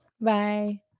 Bye